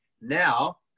Now